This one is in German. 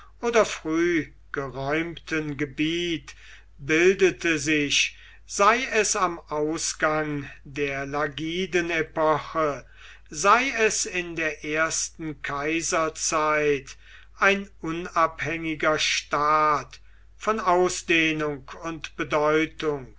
oder früh geräumten gebiet bildete sich sei es am ausgang der lagidenepoche sei es in der ersten kaiserzeit ein unabhängiger staat von ausdehnung und bedeutung